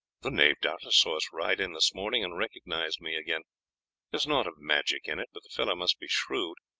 the knave doubtless saw us ride in this morning, and recognized me again. there is naught of magic in it, but the fellow must be shrewd,